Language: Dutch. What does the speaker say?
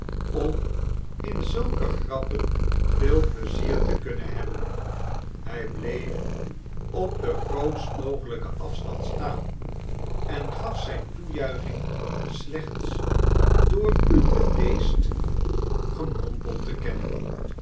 om in zulke grappen veel pleizier te kunnen hebben hij bleef op den grootst mogelijken afstand staan en gaf zijne toejuiching slechts door een bedeesd